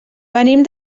venim